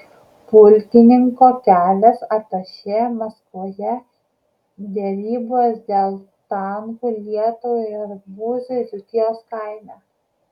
pulkininko kelias atašė maskvoje derybos dėl tankų lietuvai ir arbūzai dzūkijos kaime